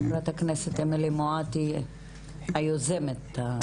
חברת הכנסת אמילי חיה מואטי, היוזמת, בבקשה.